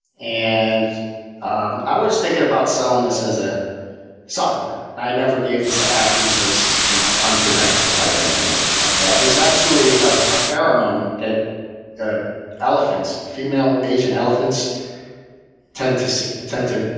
and um i was thinking about selling this as a supplement. i never gave this to athletes as you know an undetectable type thing or anything like that. it's actually a pheromone that ah female female asian elephants tend to so tend to